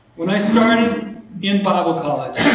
when i started in bible college,